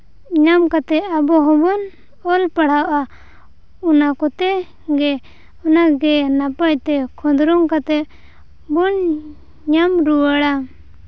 ᱧᱟᱢ ᱠᱟᱛᱮᱫ ᱟᱵᱚ ᱦᱚᱸᱵᱚᱱ ᱚᱞ ᱯᱟᱲᱦᱟᱜᱼᱟ ᱚᱱᱟ ᱠᱚᱛᱮ ᱜᱮ ᱚᱱᱟᱜᱮ ᱱᱟᱯᱟᱭ ᱛᱮ ᱠᱷᱚᱸᱫᱽᱨᱚᱱ ᱠᱟᱛᱮᱫ ᱵᱚᱱ ᱧᱟᱢ ᱨᱩᱣᱟᱹᱲᱟ